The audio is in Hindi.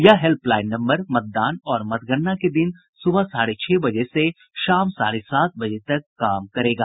यह हेल्पलाईन नम्बर मतदान और मतगणना के दिन सुबह साढ़े छह बजे से शाम साढ़े सात बजे तक काम करेगा